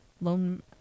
Lone